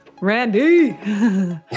Randy